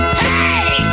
hey